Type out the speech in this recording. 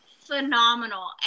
phenomenal